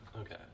Okay